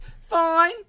fine